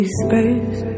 space